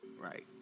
Right